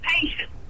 patient